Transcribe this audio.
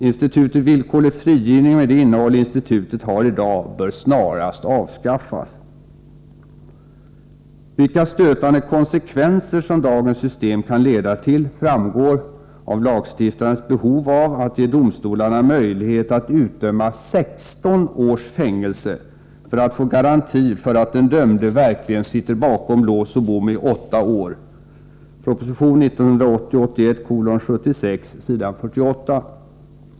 Institutet villkorlig frigivning med det innehåll institutet har i dag bör snarast avskaffas. Vilka stötande konsekvenser som dagens system kan leda till framgår av lagstiftarens behov av att ge domstolarna möjlighet att utdöma 16 års fängelse, för att få garanti för att den dömde verkligen sitter bakom lås och bom i åtta år — prop. 1980/81:76 s.48.